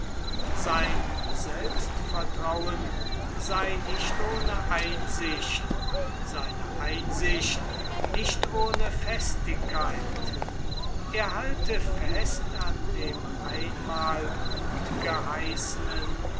sein selbstvertrauen sei nicht ohne einsicht seine einsicht nicht ohne festigkeit er halte fest an dem einmal gutgeheißenen